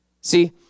See